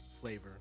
flavor